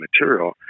material